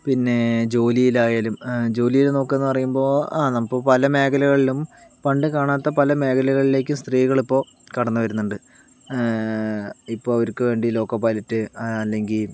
പിന്നെ ജോലിയിൽ ആയാലും ജോലിയിൽ നോക്കുക എന്ന് പറയുമ്പോൾ ആ ഇപ്പോൾ പല മേഖലകളിലും പണ്ട് കാണാത്ത പല മേഖലകളിലേക്കും സ്ത്രീകൾ ഇപ്പോൾ കടന്നുവരുന്നുണ്ട് ഇപ്പോൾ അവർക്ക് വേണ്ടി ലോക്കോ പൈലറ്റ് അല്ലെങ്കിൽ